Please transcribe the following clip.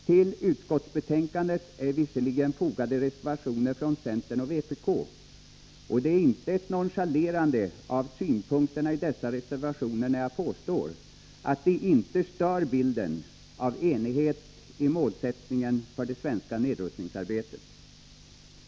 Till utskottsbetänkandet är visserligen fogade reservationer från centern och vpk, men det är inte ett nonchalerande av synpunkterna i dessa reservationer när jag påstår att de inte stör bilden av enighet i målsättningen för det svenska nedrustningsarbetet.